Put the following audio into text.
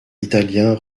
italien